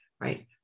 right